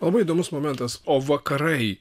labai įdomus momentas o vakarai